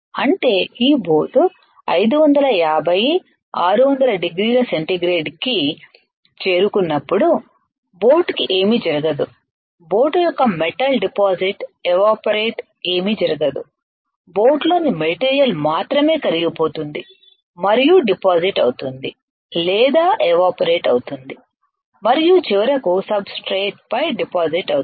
అంటే ఈ బోట్ 550600 డిగ్రీల సెంటీగ్రేడ్ కి చేరుకున్నప్పుడు బోట్ కి ఏమీ జరగదు బోట్ యొక్క మెటల్ డిపాజిట్ ఎవాపరేట్ ఏమీ జరగదు బోట్ లోని మెటీరియల్ మాత్రమే కరిగిపోతుంది మరియు డిపాజిట్ అవుతుంది లేదా ఎవాపరేట్ అవుతుంది మరియు చివరకు సబ్ స్ట్రేట్ పై డిపాజిట్ అవుతుంది